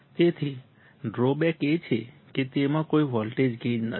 તેથી ડ્રોબેક એ છે કે તેમાં કોઈ વોલ્ટેજ ગેઇન નથી